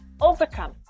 overcome